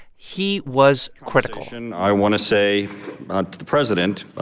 he was critical and i want to say to the president,